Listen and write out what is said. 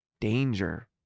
Danger